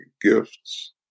gifts